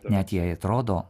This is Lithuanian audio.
net jei atrodo